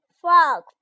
Frog